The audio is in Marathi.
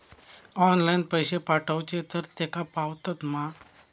ऑनलाइन पैसे पाठवचे तर तेका पावतत मा?